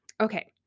Okay